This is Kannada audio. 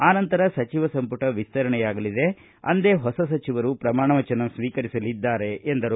ಅ ನಂತರ ಸಚಿವ ಸಂಪುಟ ವಿಸ್ತರಣೆಯಾಗಲಿದೆ ಅಂದೇ ಹೊಸ ಸಚಿವರು ಪ್ರಮಾಣ ವಚನ ಸ್ವೀಕರಿಸಲಿದ್ದಾರೆ ಎಂದರು